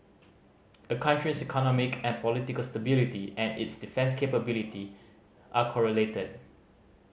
a country's economic and political stability and its defence capability are correlated